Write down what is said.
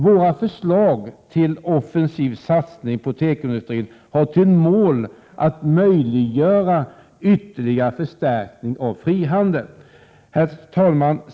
Våra förslag till en offensiv satsning på tekoindustrin har som mål att möjliggöra en ytterligare förstärkning av frihandeln. Herr talman!